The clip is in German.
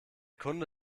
kunde